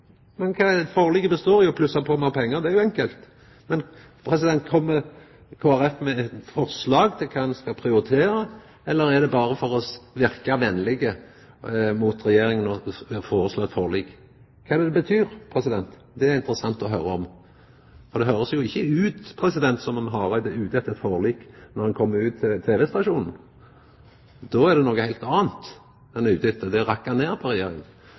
Men kjem Kristeleg Folkeparti med eit forslag til kva ein skal prioritera, eller er det berre for å verka venlege mot Regjeringa at dei foreslår eit forlik? Kva det betyr, er interessant å høyra, for det høyrest ikkje ut som om Hareide er ute etter eit forlik når han er ute i tv-stasjonane. Då er det noko heilt anna han er ute etter, og det er å rakka ned på Regjeringa.